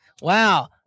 Wow